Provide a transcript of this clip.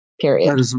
Period